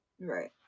Right